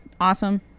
awesome